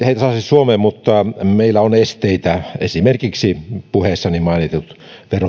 heitä saisi suomeen mutta meillä on esteitä esimerkiksi puheessani mainittu